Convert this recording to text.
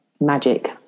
magic